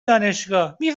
دانشگاهمی